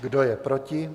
Kdo je proti?